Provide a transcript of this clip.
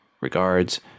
Regards